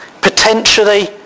potentially